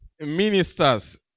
ministers